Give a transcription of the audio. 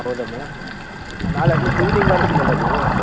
ಹೌದಾ ಮೇಡಮ್ ನಾಳೆ at least evening ಆದ್ರೂ ಸಿಗಲ್ವಾ ನೀವು